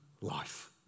life